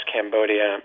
Cambodia